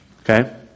okay